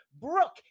brooke